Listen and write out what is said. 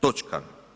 Točka.